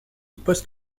post